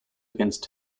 against